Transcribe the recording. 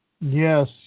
Yes